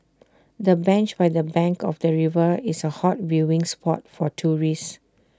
the bench by the bank of the river is A hot viewing spot for tourists